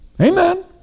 amen